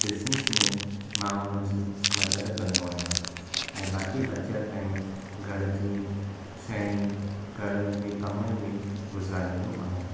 business में मां हुननि जी मदद कंदो आहियां ऐ बाक़ी बचियलु टाइम घर जी शयुनि घर जे कमनि में गुज़ारींदो आहियां